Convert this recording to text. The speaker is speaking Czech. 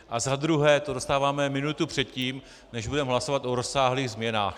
A za druhé to dostáváme minutu předtím, než budeme hlasovat o rozsáhlých změnách.